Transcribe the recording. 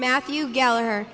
matthew gallagher